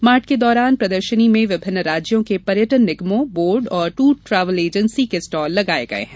mart के दौरान प्रदर्शनी में विभिन्न राज्यों के पर्यटन निगमों बोर्ड और टूर ट्रेवल एजेंसी के स्टॉल लगाये गये है